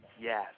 yes